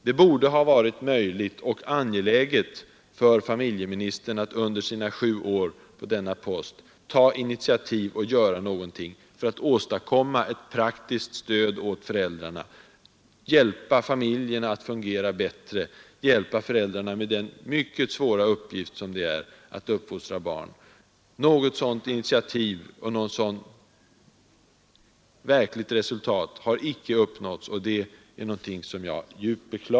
Det borde ha varit möjligt och angeläget för familjeministern att under sina sju år på denna post ta initiativ och göra någonting för att åstadkomma ett praktiskt stöd åt föräldrarna, hjälpa familjerna att fungera bättre, hjälpa föräldrarna med den mycket svåra uppgiften att uppfostra barn. Något sådan initiativ och något sådant verkligt resultat har icke uppnåtts. Det beklagar jag djupt.